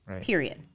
period